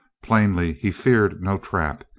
plainly he feared no trap.